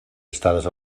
estades